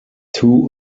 two